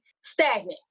stagnant